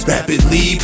Rapidly